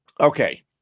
Okay